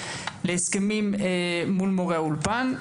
להסכמים מול מורי האולפן,